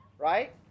Right